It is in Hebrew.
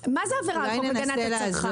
מה זה עבירה על חוק הגנת הצרכן?